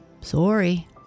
Sorry